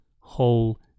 whole